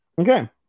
Okay